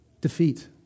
Defeat